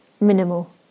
minimal